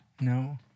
No